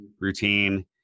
routine